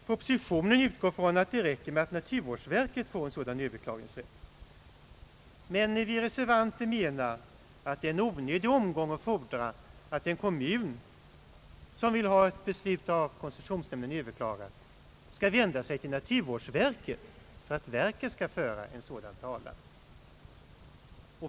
Propositionen utgår från att det räcker med att naturvårdsverket får en sådan överklagningsrätt. Men vi reservanter menar att det är en onödig omgång att fordra att en kommun, som vill ha ett beslut av koncessionsnämnden överklagat, skall vända sig till naturvårdsverket för att detta skall föra en sådan talan.